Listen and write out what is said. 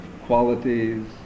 qualities